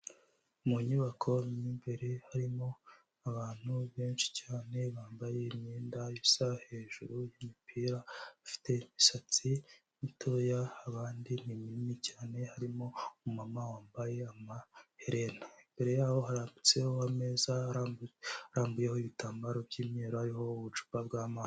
Mu nyubako mo imbere harimo abantu benshi cyane bambaye imyenda isa hejuru y'umupira, bafite imisatsi mitoya, abandi ni minini cyane, harimo umumama wambaye amaherena, imbere yaho harambitseho ameza arambuyeho arambuyeho ibitambaro by'imyeru, hariho ubucupa bw'amazi.